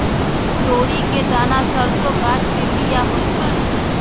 तोरी के दना सरसों गाछ के बिया होइ छइ